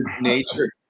Nature